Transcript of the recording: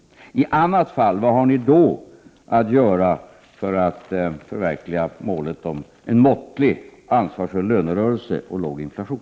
Vad tänker ni i annat Ekonomi fall göra för att förverkliga målet om en måttlig, ansvarsfull lönerörelse och låg inflation?